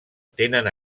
tenen